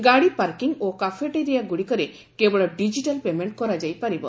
ଗାଡ଼ି ପାର୍କିଂ ଓ କ୍ୟାଫେଟେରିଆ ଗୁଡ଼ିକରେ କେବଳ ଡିଜିଟାଲ ପେମେଣ୍ଟ କରାଯାଇପାରିବ